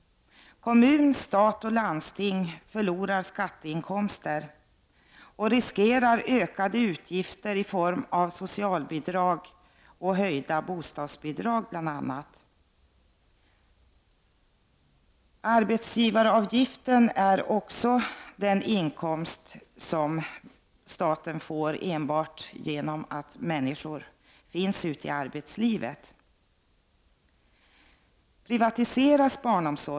Kommun, stat och landsting förlorar skatteinkomster och riskerar ökade utgifter i form av bl.a. socialbidrag och höjda bostadsbidrag. Arbetsgivaravgiften är också den inkomst som staten får enbart genom att människor vistas ute i arbetslivet.